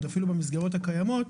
אפילו במסגרות הקיימות.